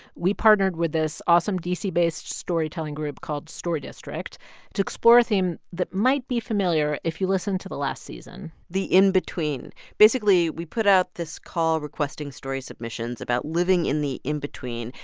we partnered with this awesome d c based storytelling group called story district to explore a theme that might be familiar if you listened to the last season the in-between. basically, we put out this call requesting story submissions about living in the in-between.